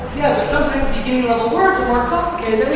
yeah but sometimes beginning level words are more complicated than we